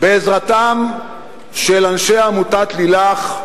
בעזרתם של אנשי עמותת ליל"ך,